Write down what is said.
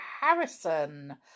Harrison